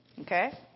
Okay